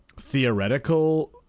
theoretical